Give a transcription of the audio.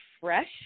fresh